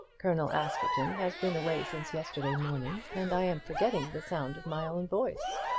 colonel askerton has been away since yesterday morning, and i am forgetting the sound of my own voice.